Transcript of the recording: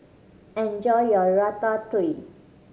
enjoy your Ratatouille